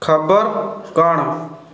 ଖବର କ'ଣ